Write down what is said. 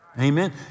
Amen